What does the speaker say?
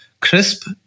crisp